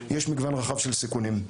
יש מגוון רחב של סיכונים.